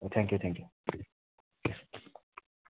thank you thank you